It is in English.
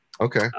okay